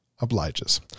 obliges